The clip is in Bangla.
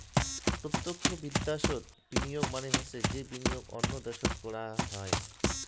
প্রতক্ষ বিদ্যাশোত বিনিয়োগ মানে হসে যে বিনিয়োগ অন্য দ্যাশোত করাং হই